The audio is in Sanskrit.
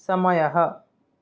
समयः